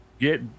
Get